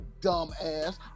dumbass